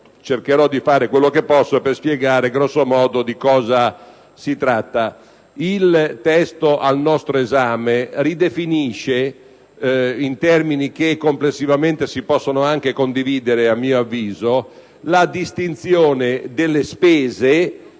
Il testo al nostro esame ridefinisce in termini che complessivamente si possono anche condividere - a mio avviso - la distinzione delle spese